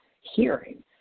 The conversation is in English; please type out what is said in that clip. hearing